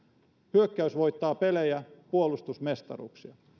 hyökkäys voittaa pelejä puolustus mestaruuksia